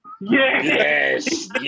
yes